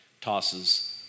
tosses